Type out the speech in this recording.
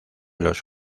los